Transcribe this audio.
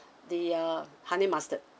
the err honey mustard